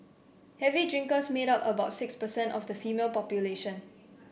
heavy drinkers made up about six percent of the female population